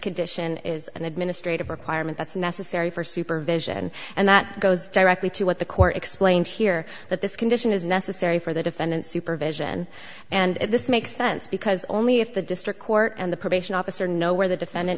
condition is an administrative requirement that's necessary for supervision and that goes directly to what the court explained here that this condition is necessary for the defendant supervision and this makes sense because only if the district court and the probation officer know where the defendant